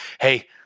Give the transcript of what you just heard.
hey